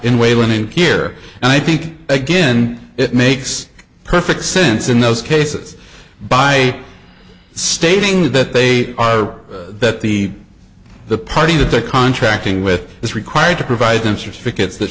in way winning here and i think again it makes perfect sense in those cases by stating that they are that the the party that the contracting with is required to provide them certificates that